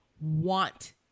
want